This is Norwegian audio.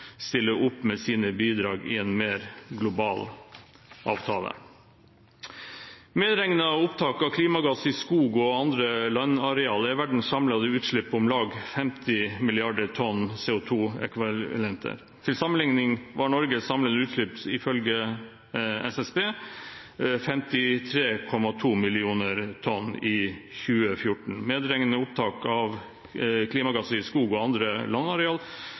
stiller opp med sine bidrag i en mer global avtale. Medregnet opptak av klimagass i skog og andre landarealer er verdens samlede utslipp på om lag 50 mrd. tonn CO2-ekvivalenter. Til sammenligning var Norges samlede utslipp ifølge SSB 53,2 mill. tonn i 2014. Medregnet opptak av klimagasser i skog og andre